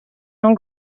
non